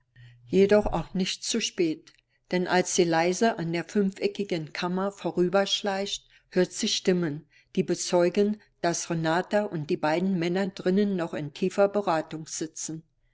jedoch auch nicht zu spät denn als sie leise an der fünfeckigen kammer vorüberschleicht hört sie stimmen die bezeugen daß renata und die beiden männer drinnen noch in tiefer beratung sitzen